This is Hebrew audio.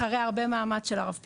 אחרי הרבה מאמץ של הרב פינדרוס,